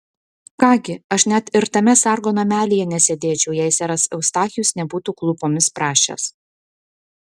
ką gi aš net ir tame sargo namelyje nesėdėčiau jei seras eustachijus nebūtų klūpomis prašęs